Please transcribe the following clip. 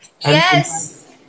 Yes